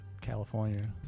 California